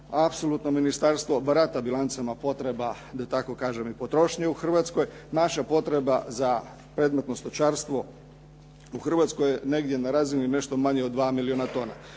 Apsolutno ministarstvo barata bilancama potreba da tako kažem i potrošnje u Hrvatskoj. Naša potreba za predmetno stočarstvo u Hrvatskoj je negdje na razini nešto manje od 2 milijuna tona.